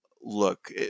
look